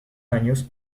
años